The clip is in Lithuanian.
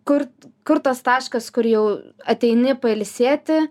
kurt kur tas taškas kur jau ateini pailsėti